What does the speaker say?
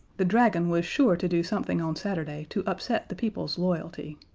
the dragon was sure to do something on saturday to upset the people's loyalty.